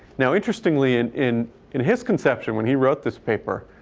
now, interestingly, and in in his conception when he wrote this paper,